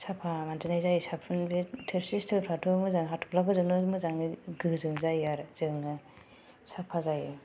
साफा मानजिनाय जायो साफुन बे थोरसि फोराथ मोजांयै हाथफ्ला फोरजों नो गोजों जायो आरो